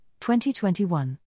2021